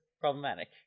problematic